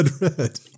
red